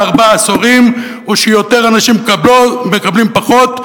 ארבעה עשורים הוא שיותר אנשים מקבלים פחות,